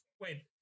wait